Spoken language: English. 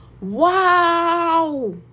wow